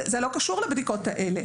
זה לא קשור לבדיקות האלו.